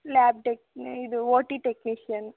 lab tech ಇದು O T technician